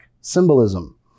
symbolism